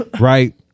right